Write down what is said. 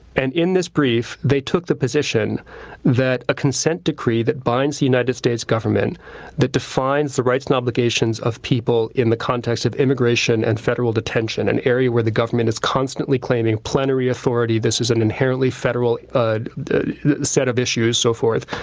and in this brief they took the position that a consent decree that binds the united states government that defines the rights and obligations of people in the context of immigration and federal detention, an area where the government is constantly claiming plenary authority. this is an inherently federal ah set of issues, so forth.